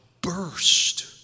burst